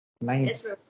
Nice